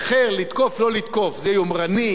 זה יומרני, שטחי,